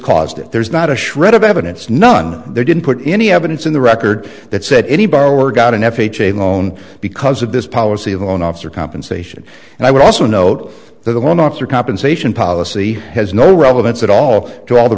caused it there's not a shred of evidence none there didn't put any evidence in the record that said any borrower got an f h a loan because of this policy of a loan officer compensation and i would also note that the loan officer compensation policy has no relevance at all to all the